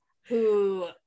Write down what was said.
who-